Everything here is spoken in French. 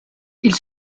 ils